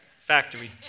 factory